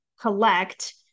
collect